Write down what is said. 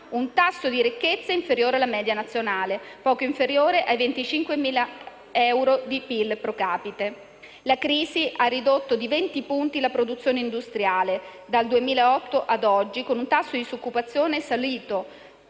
un tasso di ricchezza inferiore alla media nazionale, poco inferiore ai 25.000 euro di PIL procapite. La crisi ha ridotto di 20 punti la produzione industriale dal 2008 a oggi, con un tasso di disoccupazione che